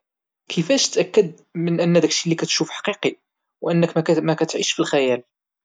كفاش تتأكد من ان داكشي اللي كتشوف حقيقي وانك مكتعيش في الخيال؟